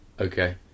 Okay